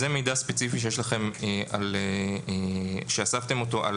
זה מידע ספציפי שיש לכם שאספתם אותו על